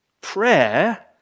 Prayer